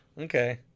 Okay